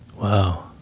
Wow